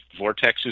vortexes